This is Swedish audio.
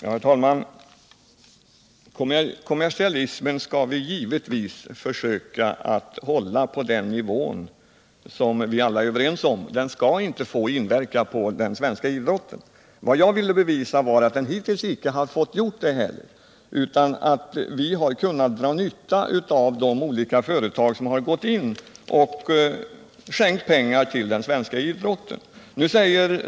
Herr talman! Kommersialismen skall vi givetvis försöka hålla på den nivå som vi alla är överens om. Den skall inte få inverka på den svenska idrotten. Vad jag ville bevisa var att den hittills icke fått göra det, utan att vi har kunnat dra nytta av de olika företag som gått in och skänkt pengar till den svenska idrotten.